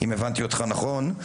אם הבנתי אותך נכון,